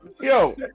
Yo